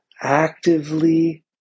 actively